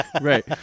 right